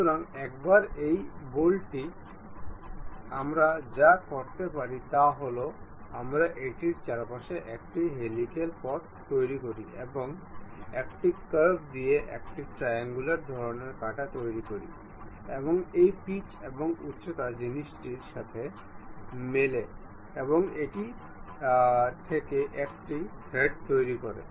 সুতরাং একবার এই বোল্টটি আমরা যা করতে পারি তা হল আমরা এটির চারপাশে একটি হেলিক্যাল পথ তৈরি করি এবং একটি কার্ভ দিয়ে একটি ট্রায়াঙ্গুলার ধরণের কাটা তৈরি করি এবং এই পিচ এবং উচ্চতা জিনিসটির সাথে মেলে এবং এটি থেকে একটি থ্রেড তৈরি করি